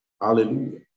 Hallelujah